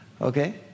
okay